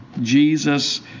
Jesus